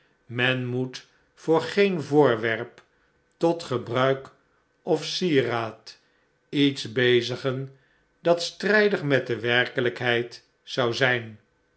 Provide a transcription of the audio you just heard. men moet voor geen voorwerp tot gebruik of sieraad iets bezigen dat strijdig met de werkelijkheid zou zijn